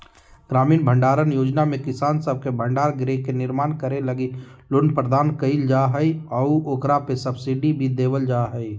ग्रामीण भंडारण योजना में किसान सब के भंडार गृह के निर्माण करे लगी लोन प्रदान कईल जा हइ आऊ ओकरा पे सब्सिडी भी देवल जा हइ